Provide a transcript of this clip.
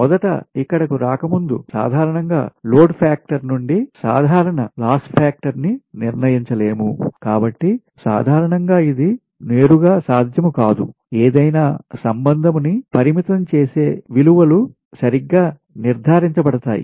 మొదట ఇక్కడకు రాకముందు సాధారణంగా లోడ్ ఫాక్టర్ నుండి సాధారణ లాస్ ఫాక్టర్ ని నిర్ణయించలేము కాబట్టి సాధారణం గా ఇది నేరుగాసాధ్యం కాదు ఏదైనా సంబంధం ని పరిమితం చేసే విలువ లు సరిగ్గా నిర్దారించబడతాయి